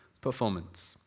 Performance